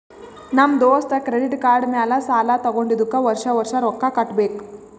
ನಮ್ ದೋಸ್ತ credit card ಮ್ಯಾಲ ಸಾಲಾ ತಗೊಂಡಿದುಕ್ ವರ್ಷ ವರ್ಷ ರೊಕ್ಕಾ ಕಟ್ಟಬೇಕ್